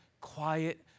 quiet